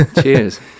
Cheers